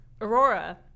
aurora